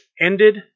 ended